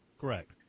Correct